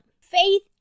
Faith